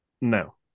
No